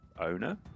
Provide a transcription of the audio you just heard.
owner